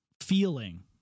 feeling